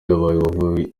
yabaye